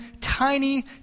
tiny